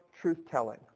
truth-telling